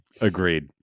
Agreed